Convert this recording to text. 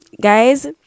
Guys